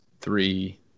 three